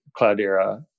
Cloudera